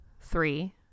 three